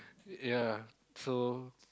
yea so